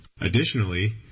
additionally